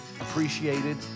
appreciated